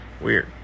Weird